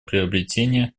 приобретения